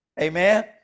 Amen